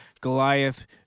Goliath